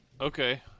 Okay